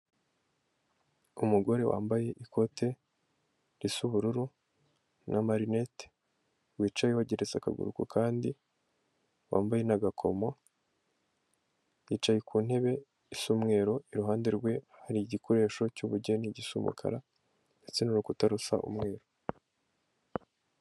Umugore wambaye ikote risa ubururu n'amarineti wicaye wageretse akaguru ku kandi wambaye n'agakomo, yicaye ku ntebe isa umweru, iruhande rwe hari igikoresho cy'ubugeni gisa umukara ndetse n'urukuta rusa umweru.